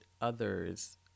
others